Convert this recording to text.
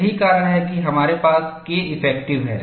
यही कारण है कि हमारे पास Keff है